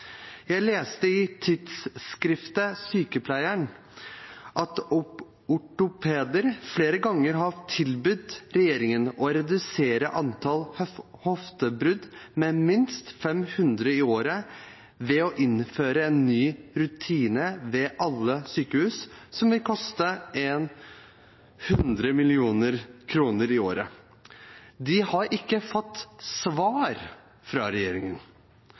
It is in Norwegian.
Jeg leste i tidsskriftet Sykepleien at ortopeder flere ganger har tilbudt regjeringen å redusere antallet hoftebrudd med minst 500 i året ved å innføre en ny rutine ved alle sykehus, som vil koste 100 mill. kr i året. De har ikke fått svar fra regjeringen.